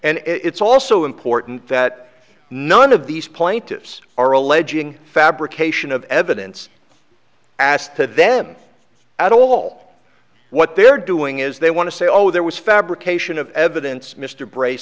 and it's also important that none of these plaintiffs are alleging fabrication of evidence asked to them at all what they're doing is they want to say oh there was fabrication of evidence mr bra